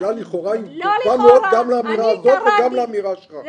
המילה לכאורה היא חשובה מאוד גם לאמירה הזאת וגם לאמירה שלךָ.